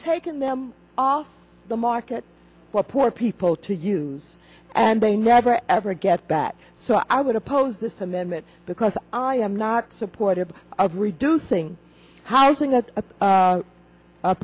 taken them off the market for poor people to use and they never ever get back so i would oppose this amendment because i am not supportive of reducing housing that